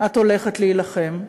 את הולכת להילחם.